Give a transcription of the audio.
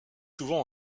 souvent